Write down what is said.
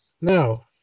Now